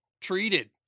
treated